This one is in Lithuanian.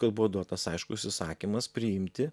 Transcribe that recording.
kad buvo duotas aiškus įsakymas priimti